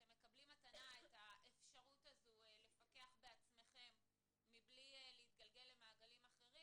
אתם מקבלים במתנה את האפשרות לפקח בעצמכם מבלי להזדקק למעגלים אחרים.